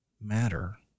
matter